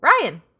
Ryan